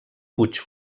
puig